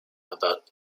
about